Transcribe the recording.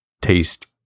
taste